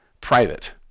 private